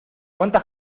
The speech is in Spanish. cuánta